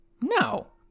No